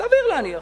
סביר להניח.